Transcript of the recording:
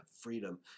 freedom